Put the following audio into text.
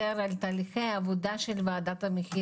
על תהליכי העבודה של וועדת המחירים.